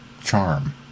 charm